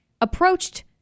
approached